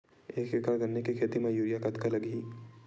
एक एकड़ गन्ने के खेती म यूरिया कतका लगही?